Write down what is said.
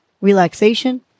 relaxation